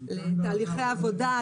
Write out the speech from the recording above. לתהליכי עבודה,